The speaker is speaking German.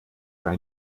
bei